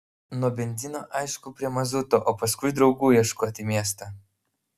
nuo benzino aišku prie mazuto o paskui draugų ieškot į miestą